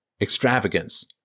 extravagance